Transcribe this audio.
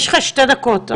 יש לך שתי דקות.